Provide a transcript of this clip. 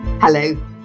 Hello